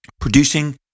producing